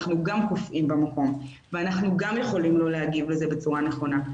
אנחנו גם קופאים במקום ואנחנו גם יכולים לא להגיב לזה בצורה נכונה,